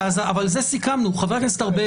אבל את זה סיכמנו, חבר הכנסת ארבל.